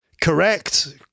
Correct